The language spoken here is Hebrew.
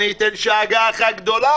אני אתן שאגה אחת גדולה,